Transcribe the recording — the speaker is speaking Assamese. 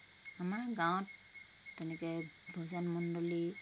আমাৰ গাঁৱত তেনেকৈ ভজন মণ্ডলী